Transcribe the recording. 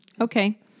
Okay